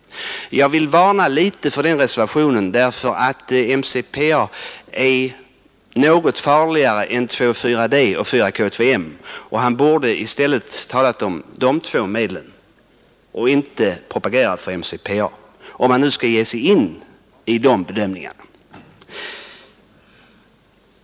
Jag vill varna för den reservationen, eftersom MCPA är något farligare än 2,4-D och 4 KM Han borde i stället ha talat för de två medlen och inte propagerat för MCPA, om man nu skall ge sig in på sådana bedömningar.